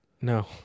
No